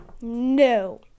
no